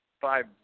five